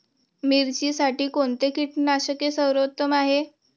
मिरचीसाठी कोणते कीटकनाशके सर्वोत्तम आहे?